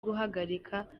guhagarika